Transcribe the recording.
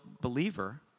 believer